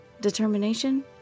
Determination